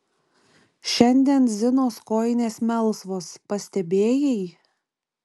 šiandien zinos kojinės melsvos pastebėjai